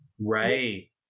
right